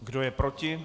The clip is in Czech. Kdo je proti?